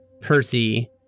Percy